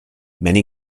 many